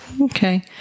Okay